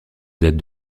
date